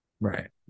Right